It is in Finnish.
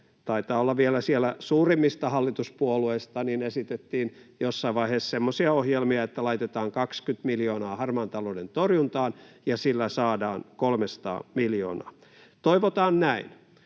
taitaa olla vieläpä suurimmista hallituspuolueista, esitettiin jossain vaiheessa semmoisia ohjelmia, että laitetaan 20 miljoonaa harmaan talouden torjuntaan ja sillä saadaan 300 miljoonaa. Toivotaan näin.